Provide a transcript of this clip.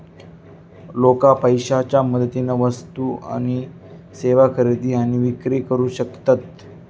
लोका पैशाच्या मदतीन वस्तू आणि सेवा खरेदी आणि विक्री करू शकतत